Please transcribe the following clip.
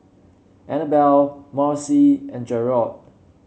Annabell Maci and Jerrod